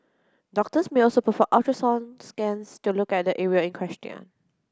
doctors may also perform ultrasound scans to look at the area in question